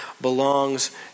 belongs